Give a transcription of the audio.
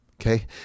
okay